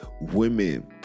women